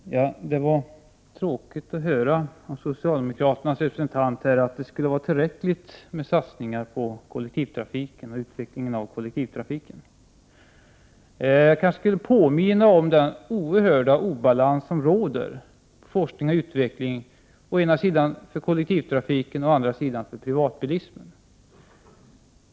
Herr talman! Det var tråkigt att höra av socialdemokraternas representant att det skulle vara tillräckligt med de satsningar som görs på utvecklingen av kollektivtrafiken. Jag vill påminna om den oerhörda obalans som råder mellan forskningen när det gäller å ena sidan kollcktivtrafiken och å andra sidan privatbilismen.